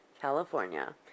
California